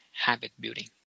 habit-building